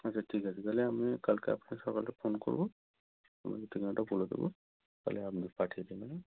আচ্ছা ঠিক আছে তাহলে আমি কালকে আপনাকে সকালে ফোন করব ঠিকানাটা বলে দেবো তাহলে আপনি পাঠিয়ে দেবেন হ্যাঁ